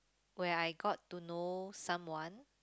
where I got to know someone